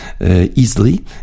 easily